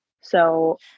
So-